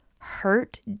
hurt